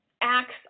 acts